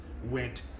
went